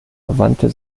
wandte